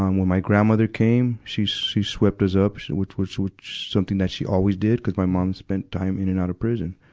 um when my grandmother came, she, she swept us up, which, which, which something that she always did, cuz my mom spent time in and out of prison.